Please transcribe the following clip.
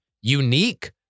unique